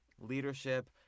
leadership